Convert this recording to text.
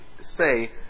say